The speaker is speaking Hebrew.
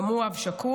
גם הוא אב שכול,